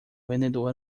vendedor